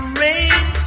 rain